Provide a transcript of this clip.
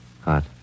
Hot